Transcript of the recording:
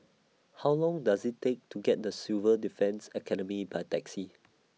How Long Does IT Take to get The Civil Defence Academy By Taxi